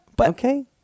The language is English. Okay